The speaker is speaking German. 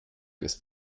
ist